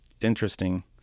interesting